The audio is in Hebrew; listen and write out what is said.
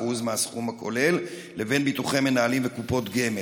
מהסכום הכולל לבין ביטוחי מנהלים וקופות גמל.